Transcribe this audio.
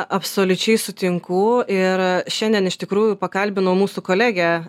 absoliučiai sutinku ir šiandien iš tikrųjų pakalbinau mūsų kolegę